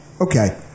Okay